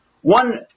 One